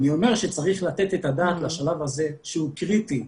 אני אומר שצריך לתת את הדעת בשלב הזה שהוא קריטי,